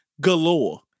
galore